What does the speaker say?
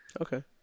Okay